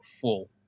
full